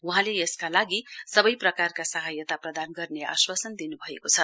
वहाँले यसका लागि सबै प्रकारका सहायता प्रदान गर्ने आश्वासन दिन्भएको छ